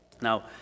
Now